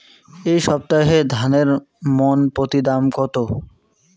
এই সপ্তাহে ধানের মন প্রতি দাম কত?